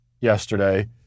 yesterday